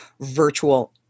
virtual